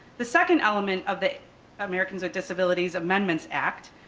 the second element of the americans with disabilities amendments act,